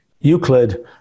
Euclid